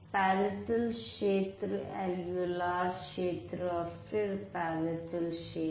palatal क्षेत्र alveolar क्षेत्र और फिर पेलेटल क्षेत्र